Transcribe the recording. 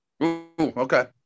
Okay